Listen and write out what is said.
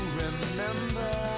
remember